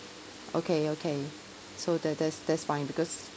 okay okay so that that's that's fine because